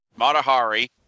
Matahari